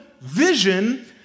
vision